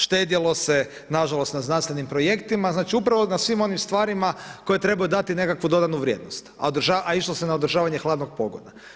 Štedjelo se nažalost na znanstvenim projektima, znači upravo na svim onim stvarima koje trebaju dati nekakvu dodanu vrijednost i išlo se na održavanje hladnog pogona.